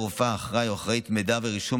לרופאה שיהיה אחראי או אחראית מידע ורישום,